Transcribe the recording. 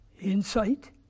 insight